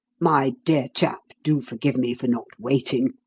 my dear chap, do forgive me for not waiting,